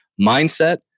mindset